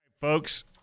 Folks